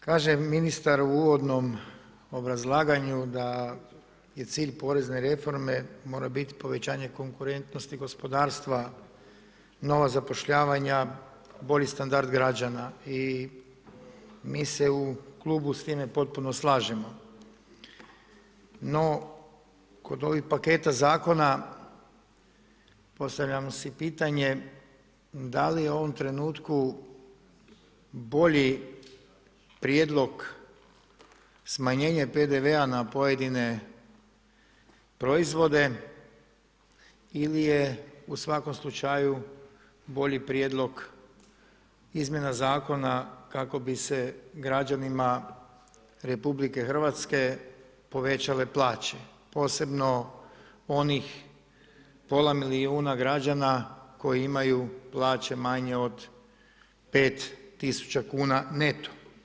Kaže ministar u uvodnom obrazlaganju da je cilj porezne reforme mora bit povećanje konkurentnosti, gospodarstva, nova zapošljavanja, bolji standard građana i mi se u klubu s time potpuno slažemo, no kod ovih paketa zakona postavljamo si pitanje da li u ovom trenutku bolji prijedlog smanjenje PDV-a na pojedine proizvode ili je u svakom slučaju bolji prijedlog izmjena zakona kako bi se građanima RH povećale plaće, posebno onih pola milijuna građana koji imaju plaće manje od 5000 kuna neto.